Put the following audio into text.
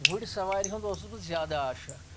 گُرِ سوارِ ہُنٛد اوسُس بہٕ زیادٕ عاشق